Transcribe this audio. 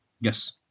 yes